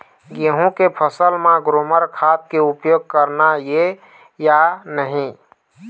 गेहूं के फसल म ग्रोमर खाद के उपयोग करना ये या नहीं?